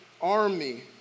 army